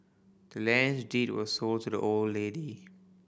the land's deed was sold to the old lady